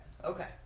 Okay